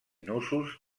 nusos